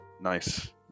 nice